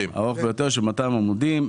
חלון,